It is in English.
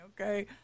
Okay